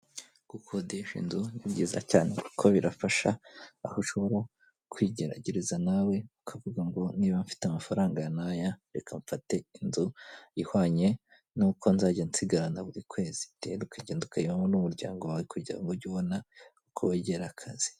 Gukodesha inzu ni byiza cyane kuko birafasha, aho ushobora kwigeragereza nawe, ukavuga ngo niba mfite amafaranga aya n'aya reka mfate inzu ihwanye nuko nzajya nsigarana buri kwezi, rero ukagenda ukayibamo n'umuryango wawe kugira ngo ujya ubona uko wegera akazi.